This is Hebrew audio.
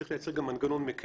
צריך לייצר גם מנגנון מקל,